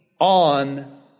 on